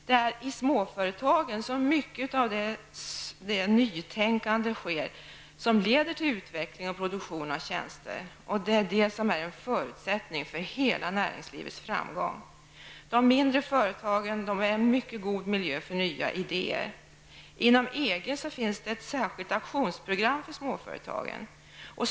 Det är i småföretagen som mycket av det nytänkande sker som sedan leder till utveckling av produktion och tjänster. Det är en förutsättning för hela näringslivets framgång. De mindre företagen utgör en mycket god miljö för nya idéer. Inom EG finns ett särskilt aktionsprogram för småföretagen.